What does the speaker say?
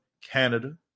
Canada